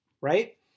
right